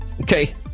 Okay